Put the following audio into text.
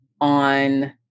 on